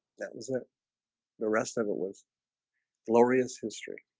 that was the the rest of it was glorious history